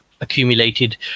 accumulated